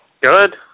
Good